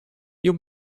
you